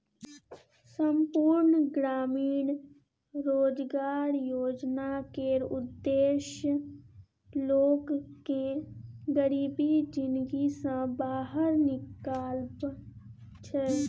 संपुर्ण ग्रामीण रोजगार योजना केर उद्देश्य लोक केँ गरीबी जिनगी सँ बाहर निकालब छै